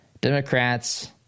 Democrats